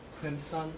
Crimson